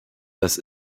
das